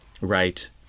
Right